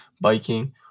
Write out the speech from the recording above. biking